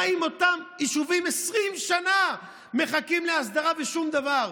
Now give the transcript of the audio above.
מה עם אותם יישובים ש-20 שנה מחכים להסדרה ושום דבר?